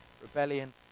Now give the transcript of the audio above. rebellion